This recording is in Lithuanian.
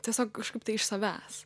tiesiog kažkaip tai iš savęs